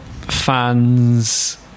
fans